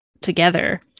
together